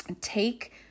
take